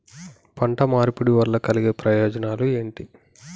పంట మార్పిడి వల్ల కలిగే ప్రయోజనాలు ఏమిటి?